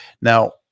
Now